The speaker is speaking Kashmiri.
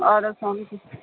آدٕ حظ السلام علیکُم